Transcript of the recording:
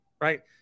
right